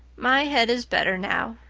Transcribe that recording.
my head is better now.